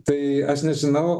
tai aš nežinau